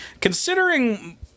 Considering